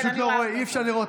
אינו נוכח יאיר גולן,